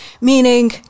meaning